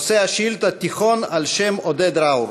נושא השאילתה: בית-הספר התיכון על שם עודד ראור.